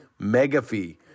Megafee